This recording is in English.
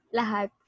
lahat